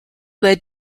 led